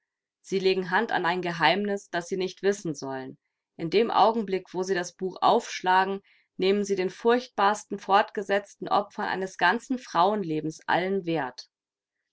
sie legen hand an ein geheimnis das sie nicht wissen sollen in dem augenblick wo sie das buch aufschlagen nehmen sie den furchtbarsten fortgesetzten opfern eines ganzen frauenlebens allen wert